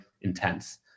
intense